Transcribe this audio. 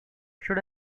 should